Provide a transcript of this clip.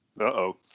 Uh-oh